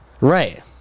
Right